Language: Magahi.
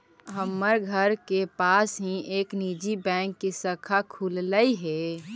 हमर घर के पास ही एक निजी बैंक की शाखा खुललई हे